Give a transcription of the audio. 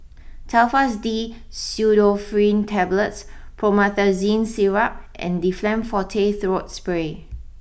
Telfast D Pseudoephrine Tablets Promethazine Syrup and Difflam Forte Throat Spray